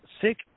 sick